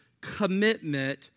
commitment